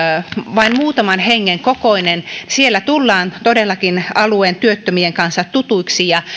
vain muutaman hengen kokoinen siellä tullaan todellakin alueen työttömien kanssa tutuiksi ja